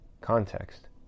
context